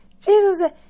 Jesus